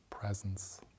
Presence